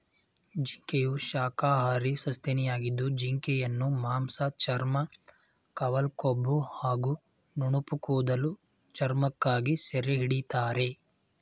ಜಿಂಕೆಯು ಶಾಖಾಹಾರಿ ಸಸ್ತನಿಯಾಗಿದ್ದು ಜಿಂಕೆಯನ್ನು ಮಾಂಸ ಚರ್ಮ ಕವಲ್ಕೊಂಬು ಹಾಗೂ ನುಣುಪುಕೂದಲ ಚರ್ಮಕ್ಕಾಗಿ ಸೆರೆಹಿಡಿತಾರೆ